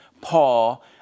Paul